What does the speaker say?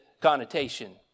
connotation